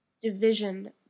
division